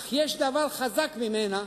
אך יש דבר חזק ממנה,